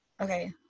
Okay